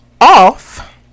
off